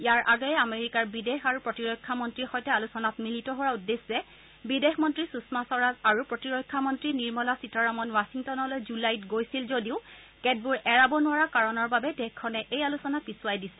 ইয়াৰ আগেয়ে আমেৰিকাৰ বিদেশ আৰু প্ৰতিৰক্ষা মন্ত্ৰীৰ সৈতে আলোচনাত মিলিত হোৱাৰ উদ্দেশ্যে বিদেশ মন্ত্ৰী সুষমা স্বৰাজ আৰু প্ৰতিৰক্ষা মন্ত্ৰী নিৰ্মলা সীতাৰমণ ৱাখিংটনলৈ জুলাইত গৈছিল যদিও কেতবোৰ এৰাব নোৱাৰা কাৰণৰ বাবে দেশখনে এই আলোচনা পিছুৱাই দিছিল